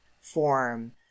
form